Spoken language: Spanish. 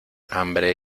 hambre